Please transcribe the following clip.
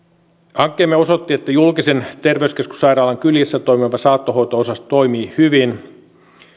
hankkeemme osoitti että julkisen terveyskeskussairaalan kyljessä toimiva saattohoito osasto toimii hyvin